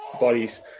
bodies